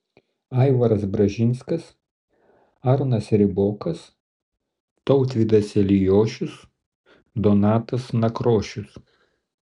aivaras bražinskas arnas ribokas tautvydas eliošius donatas nakrošius